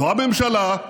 לא הממשלה,